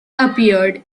appeared